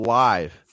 live